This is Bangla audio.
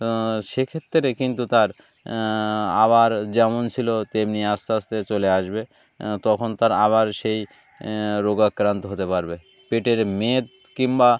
সেক্ষেত্রে কিন্তু তার আবার যেমন ছিল তেমনি আস্তে আস্তে চলে আসবে তখন তার আবার সেই রোগাক্রান্ত হতে পারবে পেটের মেদ কিংবা